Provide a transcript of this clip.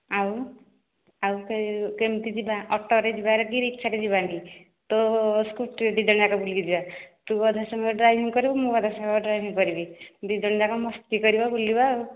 ଆଉ ଆଉ କେମିତି ଯିବା ଅଟୋରେ ଯିବାର କି ରିକ୍ସାରେ ଯିବାନି ତୋ ସ୍କୁଟିରେ ଦୁଇ ଜଣ ଯାକ ବୁଲିକି ଯିବା ତୁ ଅଧା ସମୟ ଡ୍ରାଇଭିଂ କରିବୁ ମୁଁ ଅଧା ସମୟ ଡ୍ରାଇଭିଂ କରିବି ଦୁଇ ଜଣଯାକ ମସ୍ତି କରିବା ବୁଲିବା ଆଉ